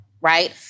right